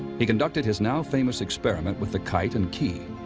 he conducted his now famous experiment with a kite and key.